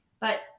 But-